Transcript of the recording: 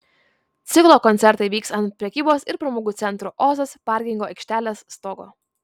ciklo koncertai vyks ant prekybos ir pramogų centro ozas parkingo aikštelės stogo